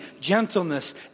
gentleness